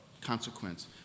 consequence